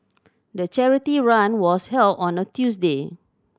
the charity run was held on a Tuesday